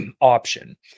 option